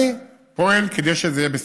אני פועל כדי שזה יהיה בסוכות.